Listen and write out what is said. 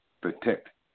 Protect